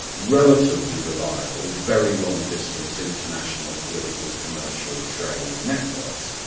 relatively reliable, very long distance international political, commercial trade networks,